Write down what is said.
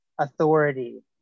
authority